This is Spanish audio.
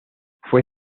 fue